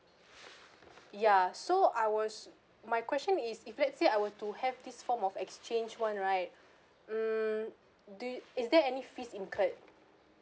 ya so I was my question is if let's say I were to have this form of exchange one right mm do you is there any fees incurred